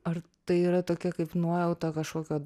ar tai yra tokia kaip nuojauta kažkokio